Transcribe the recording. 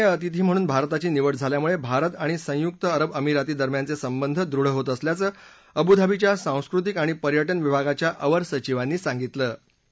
सन्माननीय अतिथी म्हणून भारताची निवड झाल्यामुळे भारत आणि संयुक अरब अमिरातदरम्यान संबंध दृढ होत असल्याचं अबूधाबीच्या सांस्कृतिक आणि पर्यटन विभागाच्या अवर सचिवांनी सांगितलं